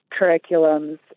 curriculums